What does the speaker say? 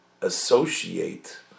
associate